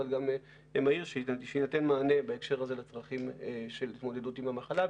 כדי שיינתן מענה בהקשר הזה לצרכים של התמודדות עם המחלה,